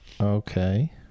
Okay